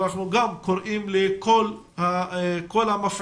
אנחנו גם קוראים לכל המפעילים